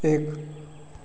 एक